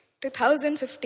2015